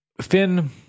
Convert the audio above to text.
Finn